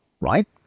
right